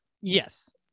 Yes